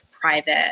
private